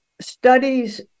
studies